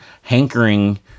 hankering